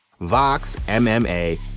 VoxMMA